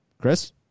Chris